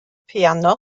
piano